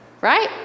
right